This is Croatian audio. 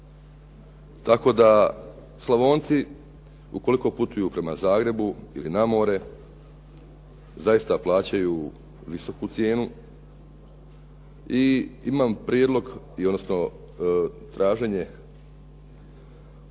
tako da Slavonci ukoliko putuju prema Zagrebu ili na more zaista plaćaju visoku cijenu i imam prijedlog, odnosno traženje očitovanja